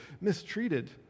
mistreated